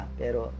pero